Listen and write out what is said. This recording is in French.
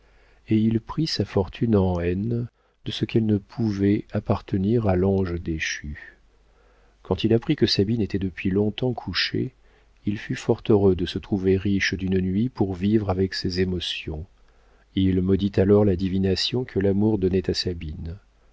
et il prit sa fortune en haine de ce qu'elle ne pouvait appartenir à l'ange déchu quand il apprit que sabine était depuis longtemps couchée il fut fort heureux de se trouver riche d'une nuit pour vivre avec ses émotions il maudit alors la divination que l'amour donnait à sabine